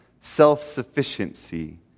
self-sufficiency